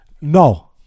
No